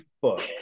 books